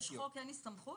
כשיש חוק אין הסתמכות?